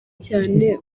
cyane